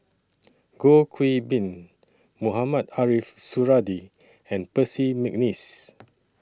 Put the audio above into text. Goh Qiu Bin Mohamed Ariff Suradi and Percy Mcneice